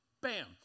bam